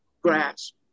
grasp